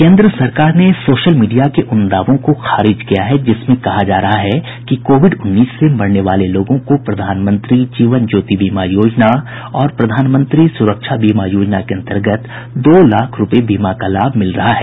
केन्द्र सरकार ने सोशल मीडिया के उन दावों को खारिज किया है जिसमें कहा जा रहा है कि कोविड उन्नीस से मरने वाले लोगों को प्रधानमंत्री जीवन ज्योति बीमा योजना और प्रधानमंत्री सुरक्षा बीमा योजना के अन्तर्गत दो लाख रूपये बीमा का लाभ मिल रहा है